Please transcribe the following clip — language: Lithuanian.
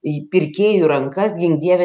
į pirkėjų rankas gink dieve